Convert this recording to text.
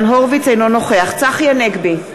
אינו נוכח צחי הנגבי,